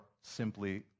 simply